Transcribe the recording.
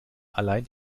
allein